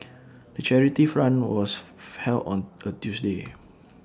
the charity run was held on A Tuesday